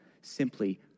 simply